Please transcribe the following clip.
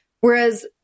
Whereas